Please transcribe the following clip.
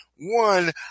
One